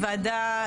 ועדה,